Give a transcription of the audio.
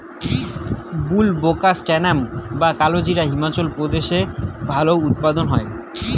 বুলবোকাস্ট্যানাম বা কালোজিরা হিমাচল প্রদেশে ভালো উৎপাদন হয়